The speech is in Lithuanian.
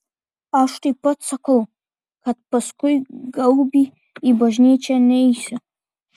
aš taip pat sakau kad paskui gaubį į bažnyčią neisiu